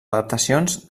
adaptacions